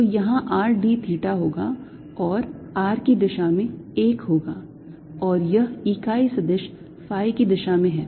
तो यहाँ r d theta होगा और r की दिशा में 1 होगा और यह इकाई सदिश phi की दिशा में है